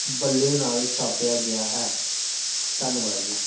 ਬੱਲੇ ਨਾਲ ਛਾਪਿਆ ਗਿਆ ਹੈ ਧੰਨਵਾਦ ਜੀ